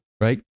right